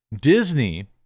Disney